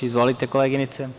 Izvolite, koleginice.